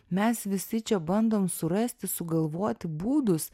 mes visi čia bandom surasti sugalvoti būdus